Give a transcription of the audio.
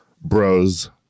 bros